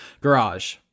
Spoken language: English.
garage